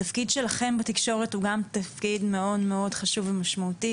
התפקיד שלכם בתקשורת הוא גם תפקיד מאוד מאוד חשוב ומשמעותי,